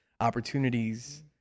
opportunities